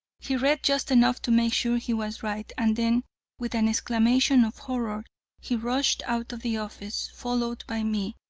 he read just enough to make sure he was right, and then with an exclamation of horror he rushed out of the office, followed by me.